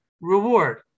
reward